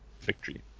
victory